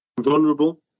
vulnerable